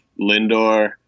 Lindor